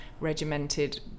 regimented